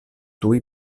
tuj